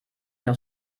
noch